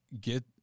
get